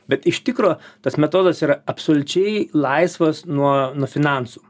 bet iš tikro tas metodas yra absoliučiai laisvas nuo nuo finansų